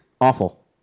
Awful